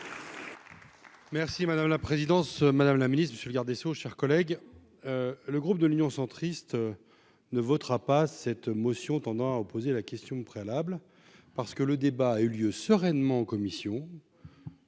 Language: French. Merci madame la présidence, Madame la Ministre, Monsieur le garde des sceaux, chers collègues, le groupe de l'Union centriste ne votera pas cette motion tendant à opposer la question préalable parce que le débat a eu lieu sereinement commission.